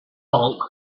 bulk